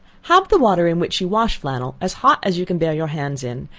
have the water in which you wash flannel as hot as you can bear your hands in,